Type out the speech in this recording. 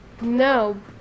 No